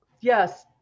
yes